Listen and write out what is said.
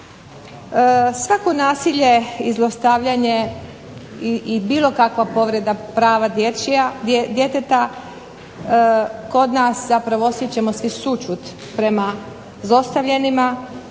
Svako nasilje i zlostavljanje i bilo kakva prava povreda djeteta kod nas zapravo osjećamo svi sućut prema zlostavljanima,